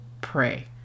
pray